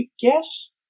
guess